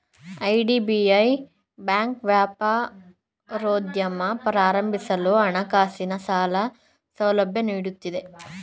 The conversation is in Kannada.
ಐ.ಡಿ.ಬಿ.ಐ ಬ್ಯಾಂಕ್ ವ್ಯಾಪಾರೋದ್ಯಮ ಪ್ರಾರಂಭಿಸಲು ಹಣಕಾಸಿನ ಸಾಲ ಸೌಲಭ್ಯ ನೀಡುತ್ತಿದೆ